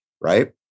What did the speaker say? right